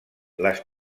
les